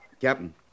Captain